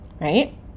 right